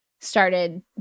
started